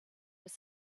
was